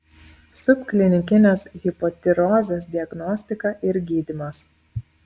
subklinikinės hipotirozės diagnostika ir gydymas